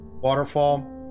waterfall